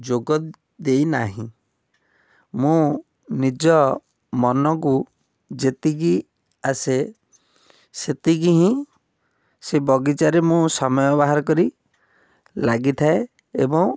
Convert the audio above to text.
ଯୋଗ ଦେଇନାହିଁ ମୁଁ ନିଜ ମନକୁ ଯେତିକି ଆସେ ସେତିକି ହିଁ ସେ ବଗିଚାରେ ମୁଁ ସମୟ ବାହାର କରି ଲାଗିଥାଏ ଏବଂ